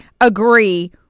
agree